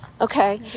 Okay